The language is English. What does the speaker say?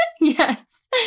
Yes